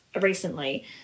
recently